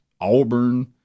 Auburn